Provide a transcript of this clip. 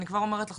אני כבר אומרת לך,